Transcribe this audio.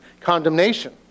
condemnation